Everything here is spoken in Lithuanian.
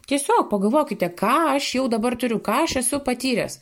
tiesiog pagalvokite ką aš jau dabar turiu ką aš esu patyręs